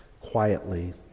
Quietly